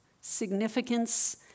significance